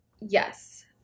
Yes